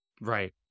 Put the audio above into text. Right